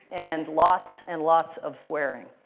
and lots and lots of swearing.